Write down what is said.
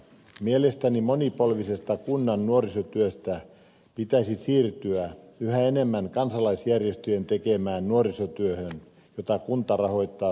mielestäni monipolvisesta kunnan nuorisotyöstä pitäisi siirtyä yhä enemmän kansalaisjärjestöjen tekemään nuorisotyöhön jota kunta rahoittaa sopivasti